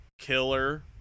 killer